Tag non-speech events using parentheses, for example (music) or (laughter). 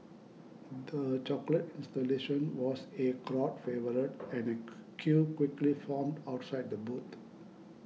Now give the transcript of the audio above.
the chocolate installation was A crowd favourite and a (noise) queue quickly formed outside the booth